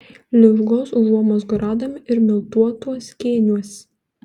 ligos užuomazgų radome ir miltuotuos kėniuos